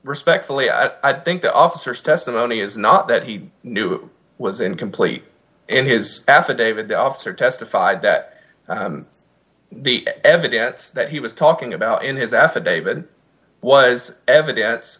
respectfully i think the officers testimony is not that he knew it was incomplete in his affidavit the officer testified that the evidence that he was talking about in his affidavit was evidence